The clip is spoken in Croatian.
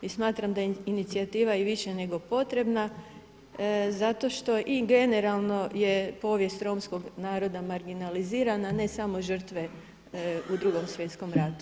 I smatram da je inicijativa više nego potrebna zato što i generalno je povijest romskog naroda marginalizirana, a ne samo žrtve u Drugom svjetskom ratu.